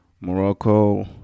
Morocco